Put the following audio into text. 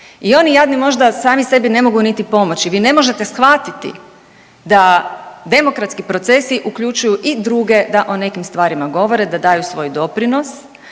I oni jadni možda sami sebi ne mogu niti pomoći. Vi ne možete shvatiti da demokratski procesi uključuju i druge da o nekim stvarima govore, da daju svoj doprinos.